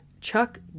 Chuck